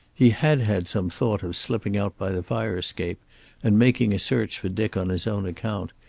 he had had some thought of slipping out by the fire-escape and making a search for dick on his own account,